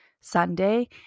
Sunday